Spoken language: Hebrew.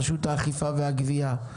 רשות האכיפה והגבייה,